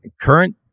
current